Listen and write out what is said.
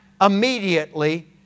immediately